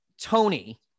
Tony